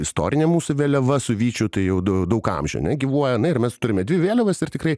istorinė mūsų vėliava su vyčiu tai jau daug amžių gyvuoja na ir mes turime dvi vėliavas ir tikrai